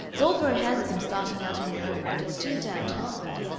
it's all very handsome starting out on your own, but it's too damned hard.